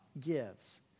gives